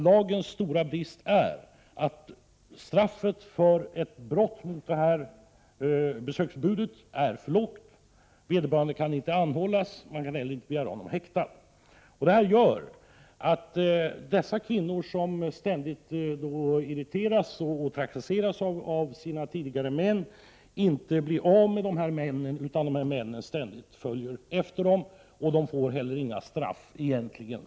Lagens stora brist är att straffet för ett brott mot besöksförbudet är milt. Vederbörande kan inte anhållas, han kan inte heller begäras häktad. Det gör att kvinnor ständigt irriteras och trakasseras av sina tidigare män, som de inte blir av med och som ständigt följer efter dem. Dessa får egentligen inte heller några straff för sina brott.